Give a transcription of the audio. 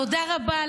תודה רבה,